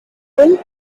bull